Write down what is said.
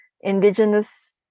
Indigenous